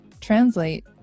translate